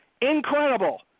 incredible